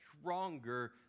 stronger